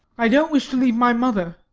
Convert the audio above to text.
i don't wish to leave my mother.